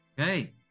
Okay